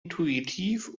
intuitiv